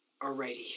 Alrighty